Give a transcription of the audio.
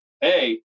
hey